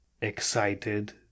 excited